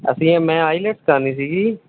ਅਸੀਂ ਮੈਂ ਆਈਲੈਟਸ ਕਰਨੀ ਸੀ